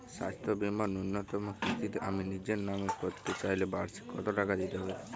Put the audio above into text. স্বাস্থ্য বীমার ন্যুনতম কিস্তিতে আমি নিজের নামে করতে চাইলে বার্ষিক কত টাকা দিতে হবে?